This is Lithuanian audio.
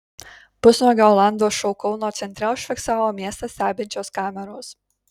pusnuogio olando šou kauno centre užfiksavo miestą stebinčios kameros